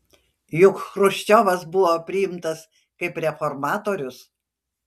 juk chruščiovas buvo priimtas kaip reformatorius